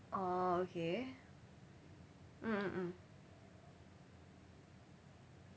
orh okay mm mm mm